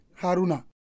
Haruna